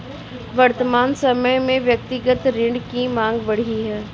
वर्तमान समय में व्यक्तिगत ऋण की माँग बढ़ी है